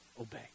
obey